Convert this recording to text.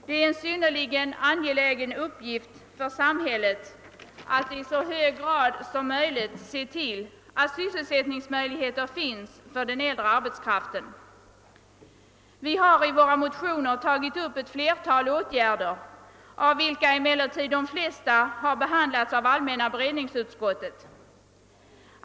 Det är en synnerligen angelägen uppgift för samhället att i så hög grad som möjligt se till att sysselsättningsmöjligheter finns för den äldre arbetskraften. Vi har i våra motioner tagit upp ett flertal åtgärder av vilka emellertid de flesta har behandlats av allmänna beredningsutskottet.